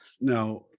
Now